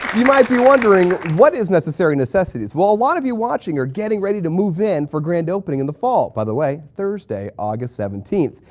you might be wondering what is necessary necessities. well a lot of you watching are getting ready to move in for grand opening in the fall the way, thursday, august seventeen.